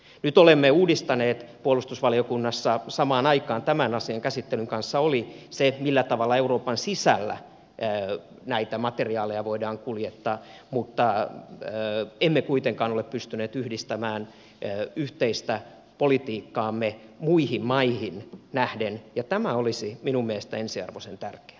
nyt olemme uudistaneet puolustusvaliokunnassa samaan aikaan tämän asian käsittelyn kanssa sitä millä tavalla euroopan sisällä näitä materiaaleja voidaan kuljettaa mutta emme kuitenkaan ole pystyneet yhdistämään yhteistä politiikkaamme muihin maihin nähden ja tämä olisi minun mielestäni ensiarvoisen tärkeää